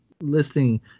listening